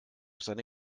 seine